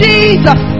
Jesus